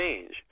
change